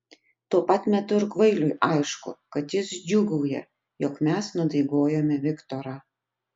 tuo pat metu ir kvailiui aišku kad jis džiūgauja jog mes nudaigojome viktorą